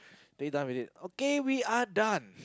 are you done with it okay we are done